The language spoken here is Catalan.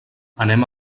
anem